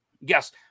Yes